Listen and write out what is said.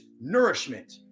nourishment